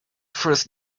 first